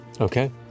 Okay